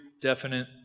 definite